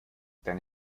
deine